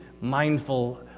mindful